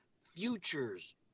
Futures